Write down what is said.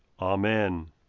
Amen